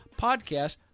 podcast